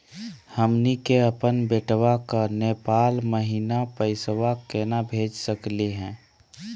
हमनी के अपन बेटवा क नेपाल महिना पैसवा केना भेज सकली हे?